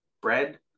bread